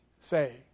say